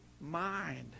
mind